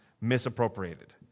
misappropriated